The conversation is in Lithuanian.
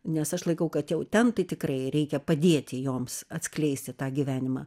nes aš laikau kad jau ten tai tikrai reikia padėti joms atskleisti tą gyvenimą